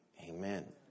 Amen